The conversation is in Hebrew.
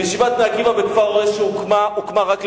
"בני עקיבא" בכפר-הרא"ה הוקמה רק,